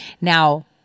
now